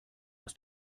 aus